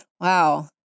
Wow